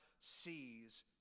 sees